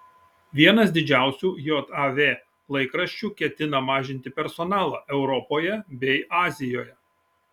vienas didžiausių jav laikraščių ketina mažinti personalą europoje bei azijoje